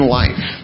life